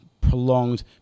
prolonged